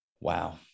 Wow